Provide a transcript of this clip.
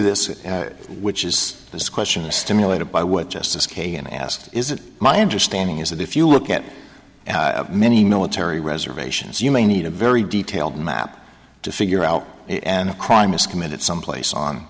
this which is this question stimulated by what justice kagan asked is it my understanding is that if you look at how many military reservations you may need a very detailed map to figure out and a crime is committed someplace on